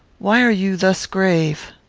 why are you thus grave?